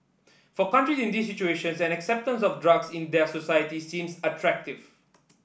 for countries in these situations an acceptance of drugs in their societies seems attractive